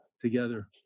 together